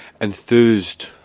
enthused